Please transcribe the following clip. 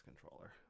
controller